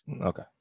Okay